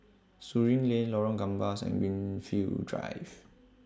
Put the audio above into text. Surin Lane Lorong Gambas and Greenfield Drive